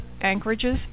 anchorages